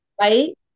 Right